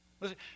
Listen